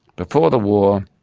before the war,